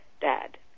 dad